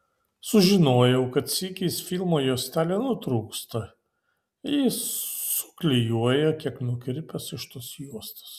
sužinojau kad sykiais filmo juostelė nutrūksta jis suklijuoja kiek nukirpęs iš tos juostos